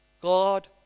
God